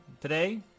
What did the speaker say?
Today